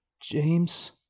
James